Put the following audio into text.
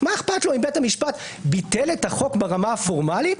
מה אכפת לו אם בית המשפט ביטל את החוק ברמה הפורמלית,